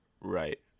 Right